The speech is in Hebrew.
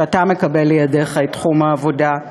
שאתה מקבל לידיך את תחום העבודה.